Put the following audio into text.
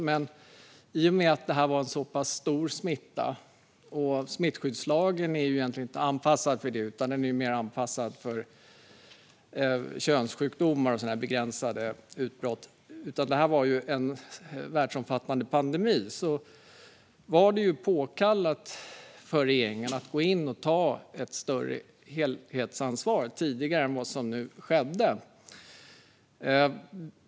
Men i och med att detta var en så pass stor smitta, en världsomfattande pandemi - smittskyddslagen är ju egentligen inte anpassad för sådant utan mer för könssjukdomar och andra begränsade utbrott - var det påkallat för regeringen att gå in och ta ett större helhetsansvar tidigare än vad som nu skedde.